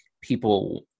people